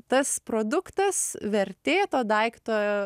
tas produktas vertė to daikto